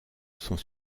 sont